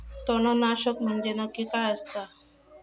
तणनाशक म्हंजे नक्की काय असता?